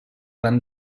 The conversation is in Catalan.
van